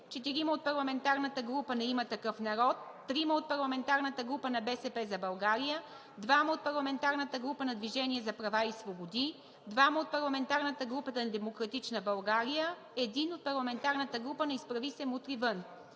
4 от парламентарната група на „Има такъв народ“, 3 от парламентарната група на „БСП за България“, 2 от парламентарната група на „Движение за права и свободи“, 2 от парламентарната група на „Демократична България“, 1 от парламентарната група на „Изправи се! Мутри вън!“.